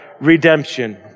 redemption